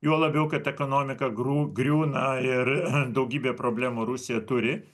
juo labiau kad ekonomika grū griūna ir daugybę problemų rusija turi